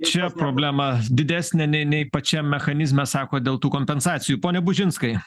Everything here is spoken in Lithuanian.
čia problema didesnė nei nei pačiam mechanizme sakot dėl tų kompensacijų pone bužinskai